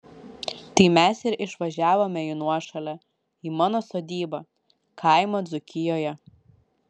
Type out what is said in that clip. tai mes ir išvažiavome į nuošalę į mano sodybą kaimą dzūkijoje